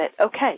Okay